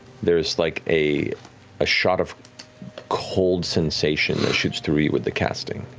there's like a ah shot of cold sensation that shoots through you with the casting.